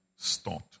start